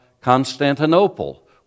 Constantinople